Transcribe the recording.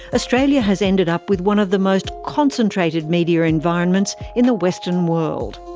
australia has ended up with one of the most concentrated media environments in the western world.